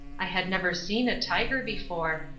i had never seen a tiger before,